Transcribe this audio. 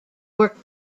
were